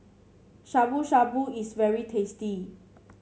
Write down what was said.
Shabu Shabu is very tasty